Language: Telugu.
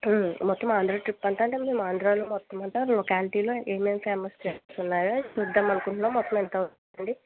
మొత్తం ఆంధ్రా ట్రిప్ అంటే ఆంధ్రా మొత్తం అంతా మేము కాంటిలో ఏమేమి ఫేమస్ చెఫ్స్ ఉన్నాయో చూద్దాం అనుకుంటున్నాం మొత్తం ఎంత అవుద్ధండి